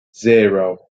zero